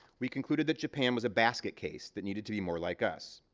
we concluded that japan was a basket case that needed to be more like us.